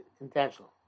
intentional